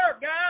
guys